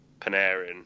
Panarin